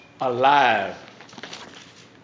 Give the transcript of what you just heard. alive